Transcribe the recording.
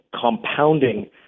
compounding